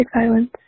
violence